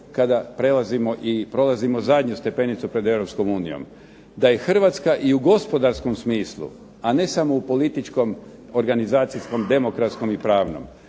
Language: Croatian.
kada prelazimo i prolazimo zadnju stepenicu pred Europskom unijom. Da je Hrvatska i u gospodarskom smislu, a ne samo u političkom organizacijom, demokratskom i pravnom,